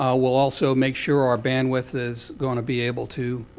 ah we'll also make sure our bandwidth is going to be able to